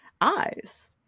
eyes